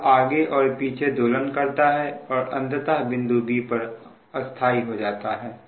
यह आगे और पीछे दोलन करता है और अंततः बिंदु b पर स्थाई हो जाता है